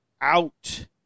out